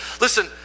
listen